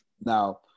now